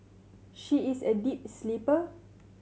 she is a deep sleeper